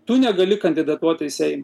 tu negali kandidatuot į seimą